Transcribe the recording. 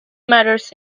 matters